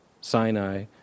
Sinai